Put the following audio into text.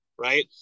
right